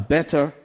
Better